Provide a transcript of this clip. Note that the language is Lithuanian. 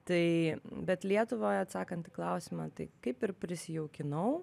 tai bet lietuvai atsakant į klausimą tai kaip ir prisijaukinau